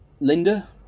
Linda